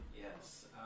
Yes